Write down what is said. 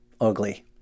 Ugly